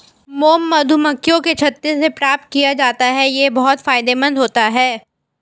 mom मधुमक्खियों के छत्ते से प्राप्त किया जाता है यह बहुत फायदेमंद होता है